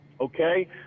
okay